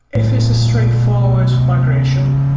if it's a straightforward migration?